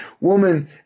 woman